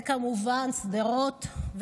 וכמובן שדרות.